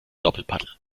doppelpaddel